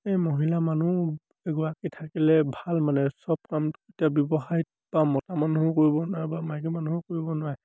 এই মহিলা মানুহ এগৰাকী থাকিলে ভাল মানে চব কামটো এতিয়া ব্যৱসায়ত বা মতা মানুহেও কৰিব নোৱাৰে বা মাইকী মানুহেও কৰিব নোৱাৰে